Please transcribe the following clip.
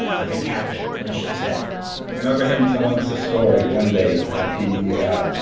like a captain on a ship's deck i remember him telling us a story one day that he yeah